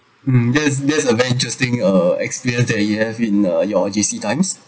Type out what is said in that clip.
mm that's that's a very interesting uh experience that you have in uh your J_C times